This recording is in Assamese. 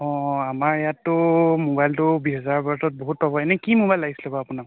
অঁ আমাৰ ইয়াততো মোবাইলটো বিছ হাজাৰৰ ভিতৰত বহুত পাব এনে কি মোবাইল লাগিছিলে বাৰু